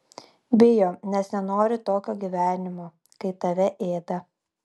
bijo nes nenori tokio gyvenimo kai tave ėda